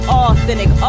authentic